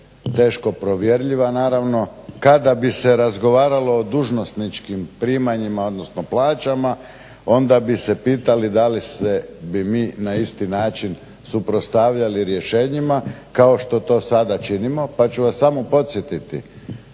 teško provjerljiva naravno kada bi se razgovaralo o dužnosničkim primanjima odnosno plaćama onda bi se pitali da li se bi mi na isti način suprotstavili rješenjima kao što to sada činimo. Pa ću vas samo podsjetiti